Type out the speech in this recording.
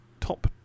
top